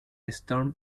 storm